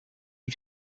you